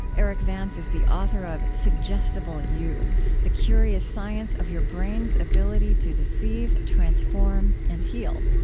erik vance is the author of suggestible you the curious science of your brain's ability to deceive, transform, and heal.